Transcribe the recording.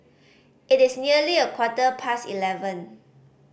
it is nearly a quarter past eleven